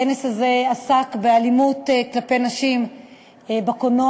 הכנס הזה עסק באלימות כלפי נשים בקולנוע.